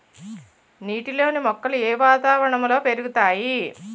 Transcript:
నీటిలోని మొక్కలు ఏ వాతావరణంలో పెరుగుతాయి?